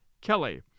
Kelly